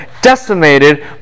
decimated